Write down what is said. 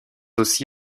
aussi